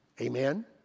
Amen